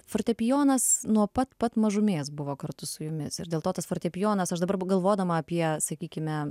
fortepijonas nuo pat pat mažumės buvo kartu su jumis ir dėl to tas fortepijonas aš dabar galvodama apie sakykime